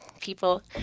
people